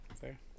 Fair